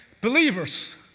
believers